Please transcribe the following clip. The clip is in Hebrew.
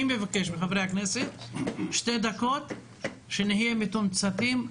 אני מבקש מחברי הכנסת, שתי דקות, שנהיה מתומצתים.